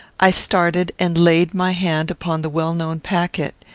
i started and laid my hand upon the well-known packet.